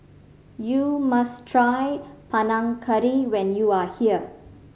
you must try Panang Curry when you are here